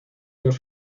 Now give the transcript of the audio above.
dos